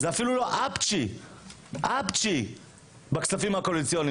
זה אפילו לא אפצ'י בכספים הקואליציוניים,